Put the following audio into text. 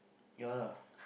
ya lah